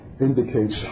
indicates